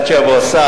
עד שיבוא השר,